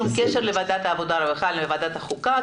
לוועדת העבודה והרווחה אין כל קשר לוועדת החוקה.